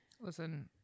Listen